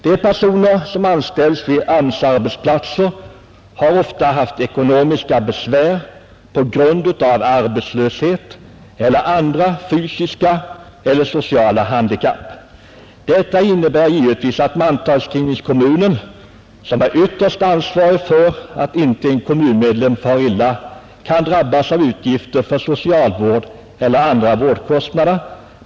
De personer som anställts vid AMS-arbetsplatser har ofta haft ekonomiska besvär på grund av arbetslöshet eller andra fysiska eller sociala handikapp. Detta innebär givetvis att mantalsskrivningskommunen, som är ytterst ansvarig för att inte en kommunmedlem far illa, kan drabbas av utgifter för socialvård eller andra vårdkostnader.